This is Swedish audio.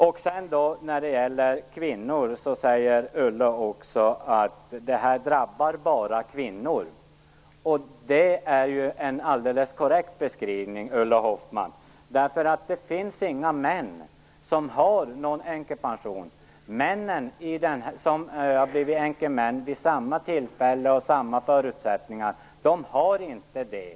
Ulla Hoffmann säger att detta bara drabbar kvinnor. Det är en alldeles korrekt beskrivning. Det finns nämligen inga män som har änkepension. Männen som blivit änkemän vid samma tillfälle och med samma förutsättningar har inte det.